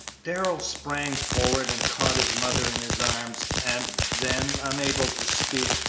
darrell sprang forward and caught his mother in his arms, and then, unable to speak,